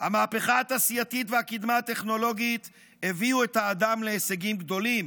"המהפכה התעשייתית והקדמה הטכנולוגית הביאו את האדם להישגים גדולים,